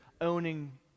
owning